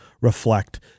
reflect